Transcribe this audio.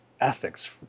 ethics